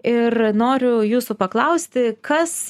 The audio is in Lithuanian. ir noriu jūsų paklausti kas